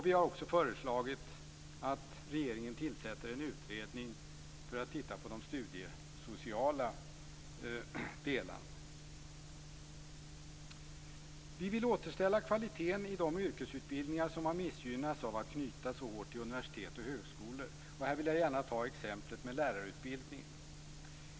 Vi har också föreslagit att regeringen tillsätter en utredning för att titta på de studiesociala delarna. Vi vill återställa kvaliteten i de yrkesutbildningar som missgynnats av att knytas så hårt till universitet och högskolor. Här vill jag gärna ta exemplet lärarutbildningen.